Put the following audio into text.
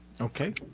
Okay